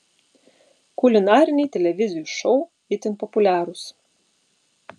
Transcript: kulinariniai televizijų šou itin populiarūs